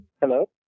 Hello